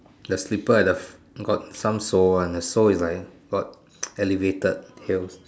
the slipper at the got some sole one the sole is like got elevated heel